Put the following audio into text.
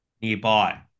nearby